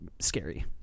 scary